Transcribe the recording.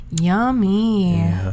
yummy